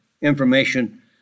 information